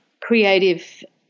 creative